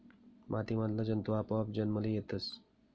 माती मधला जंतु आपोआप जन्मले येतस